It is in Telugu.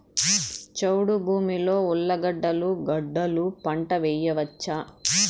చౌడు భూమిలో ఉర్లగడ్డలు గడ్డలు పంట వేయచ్చా?